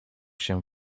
się